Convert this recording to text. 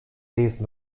lesen